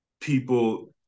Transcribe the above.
people